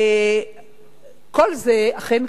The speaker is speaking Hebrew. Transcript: כל זה אכן קרה.